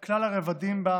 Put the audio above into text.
על כלל הרבדים בה,